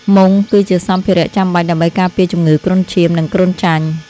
មុងគឺជាសម្ភារចាំបាច់ដើម្បីការពារជំងឺគ្រុនឈាម និងគ្រុនចាញ់។